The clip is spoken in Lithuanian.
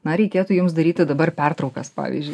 na reikėtų jums daryti dabar pertraukas pavyzdžiui